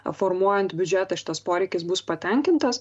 formuojant biudžetą šitas poreikis bus patenkintas